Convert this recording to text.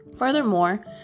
Furthermore